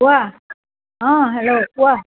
কোৱা অঁ হেল্ল' কোৱা